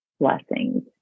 blessings